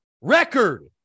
record